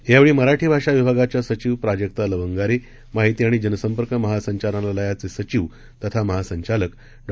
यावेळीमराठीभाषाविभागाच्यासचिवप्राजक्तालवंगारे माहितीआणिजनसंपर्कमहासंचालनालयाचेसचिवतथामहासंचालकडॉ